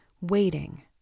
Waiting